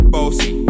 Bossy